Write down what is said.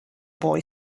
boy